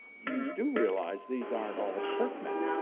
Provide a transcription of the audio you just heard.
you do realize these aren't all turkmen.